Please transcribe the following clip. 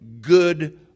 good